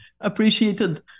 appreciated